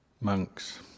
monks